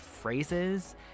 phrases